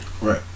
Right